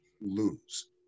lose